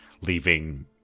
leaving